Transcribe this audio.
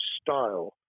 style